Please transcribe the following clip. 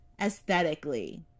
aesthetically